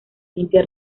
limpia